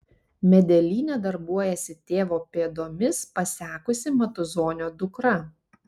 medelyne darbuojasi tėvo pėdomis pasekusi matuzonio dukra